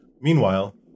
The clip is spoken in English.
Meanwhile